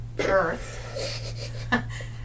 Earth